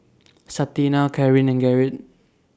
Santina Carin and Gerrit